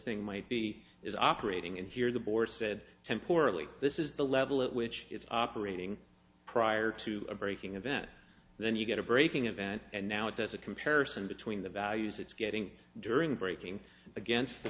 thing might be is operating and here the bor said temporarily this is the level at which it's operating prior to breaking event then you get a breaking event and now it's as a comparison between the values it's getting during breaking against the